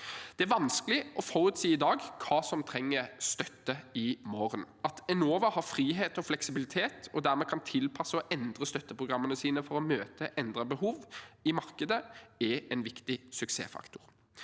Det er vanskelig å forutsi i dag hva som trenger støtte i morgen. At Enova har frihet og fleksibilitet og dermed kan tilpasse og endre støtteprogrammene sine for å møte endrede behov i markedet, er en viktig suksessfaktor.